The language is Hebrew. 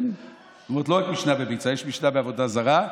זאת אומרת, לא רק משנה בביצה, יש משנה בעבודה זרה.